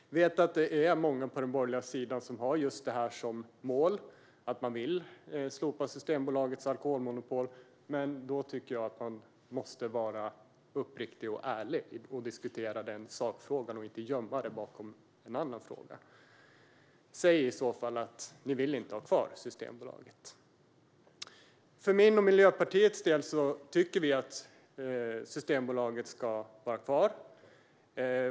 Jag vet att det är många på den borgerliga sidan som har som mål att slopa Systembolagets alkoholmonopol, men då tycker jag att man måste vara uppriktig och ärlig och diskutera sakfrågan och inte gömma den bakom någon annan fråga. Säg i så fall att ni inte vill ha kvar Systembolaget! Jag och Miljöpartiet tycker att Systembolaget ska vara kvar.